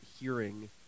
hearing